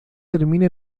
termina